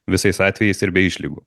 visais atvejais ir be išlygų